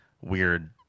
weird